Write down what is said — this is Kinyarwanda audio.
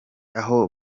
aho